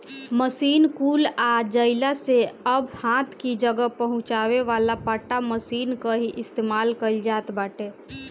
machine कुल आ जइला से अब हाथ कि जगह पहुंचावे वाला पट्टा मशीन कअ ही इस्तेमाल कइल जात बाटे